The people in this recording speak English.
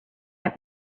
have